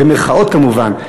במירכאות כמובן,